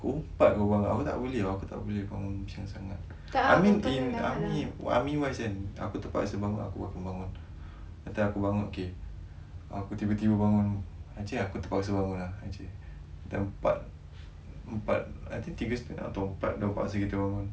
pukul empat kau bangun aku tak boleh ah aku tak boleh bangun siang sangat I mean in army army wise kan aku terpaksa bangun aku bangun nanti aku bangun K aku tiba-tiba bangun actually aku terpaksa bangun ah actually dah empat empat I think tiga setengah diorang paksa kita bangun